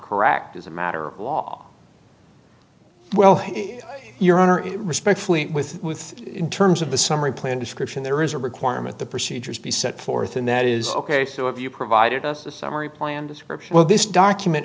correct as a matter of law well your honor it respectfully with with in terms of the summary plan description there is a requirement the procedures be set forth and that is ok so if you provided us the summary plan description well this document